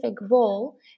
role